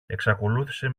εξακολούθησε